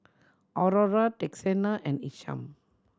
Aurora Texanna and Isham